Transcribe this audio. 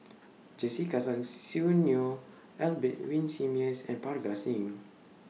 Jessica Tan Soon Neo Albert Winsemius and Parga Singh